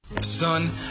Son